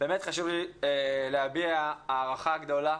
באמת חשוב לי להביע הערכה גדולה,